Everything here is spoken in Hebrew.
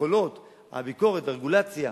יכולות, הביקורת, הרגולציה,